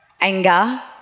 Anger